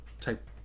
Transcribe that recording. type